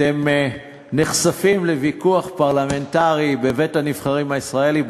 אתם נחשפים לוויכוח פרלמנטרי בבית-הנבחרים הישראלי.